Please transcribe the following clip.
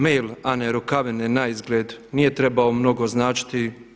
Mail Ane Rukavine naizgled nije trebao mnogo značiti.